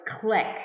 click